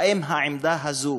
האם העמדה הזאת